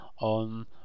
on